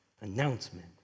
announcement